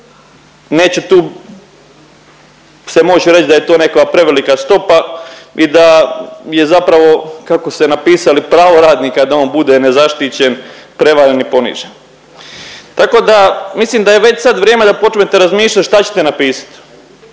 Neće tu se moći reći da je to nekakva prevelika stopa i da je zapravo kako ste napisali pravo radnika da on bude nezaštićen, prevaren i ponižen. Tako da mislim da je već sad vrijeme da počmete razmišljat šta ćete napisat